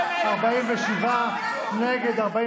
איתן, שנייה, בסדר,